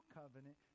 covenant